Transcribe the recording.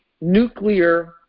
nuclear